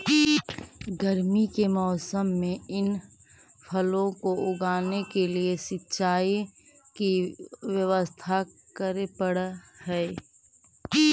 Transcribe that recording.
गर्मी के मौसम में इन फलों को उगाने के लिए सिंचाई की व्यवस्था करे पड़अ हई